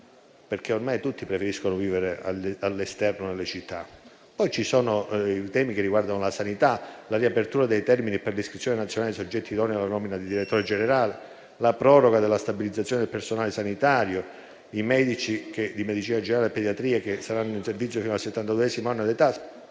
perché ormai tutti preferiscono vivere all'esterno nelle città. Altri temi riguardano la sanità, la riapertura dei termini per l'iscrizione nazionale dei soggetti idonei alla nomina di direttore generale, la proroga della stabilizzazione del personale sanitario, i medici di medicina generale e pediatria che saranno in servizio fino al settantaduesimo anno di età.